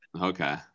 Okay